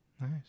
Nice